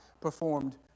performed